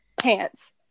pants